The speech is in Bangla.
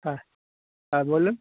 হ্যাঁ হ্যাঁ বলুন